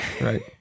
Right